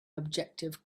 objective